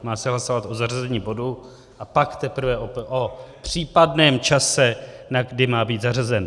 Má se hlasovat o zařazení bodu a pak teprve o případném čase, na kdy má být zařazen.